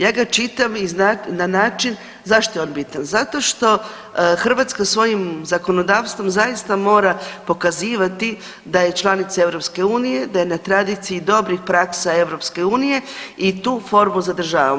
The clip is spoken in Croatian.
Ja ga čitam na način, zašto je on bitan, zato što Hrvatska svojim zakonodavstvom zaista mora pokazivati da je članica EU, da je na tradiciji dobrih praksa EU i tu formu zadržavamo.